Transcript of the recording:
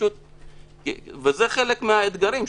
וזה חלק מהאתגרים,